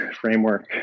framework